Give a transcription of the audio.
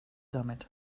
damit